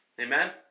Amen